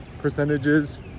percentages